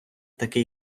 таке